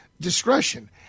discretion